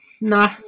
Nah